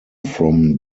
from